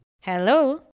Hello